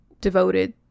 devoted